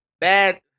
bad